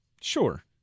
Sure